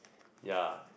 ya